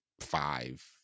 five